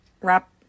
wrap